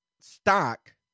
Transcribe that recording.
stock